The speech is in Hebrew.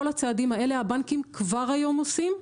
כל הצעדים האלה הבנקים כבר היום עושים.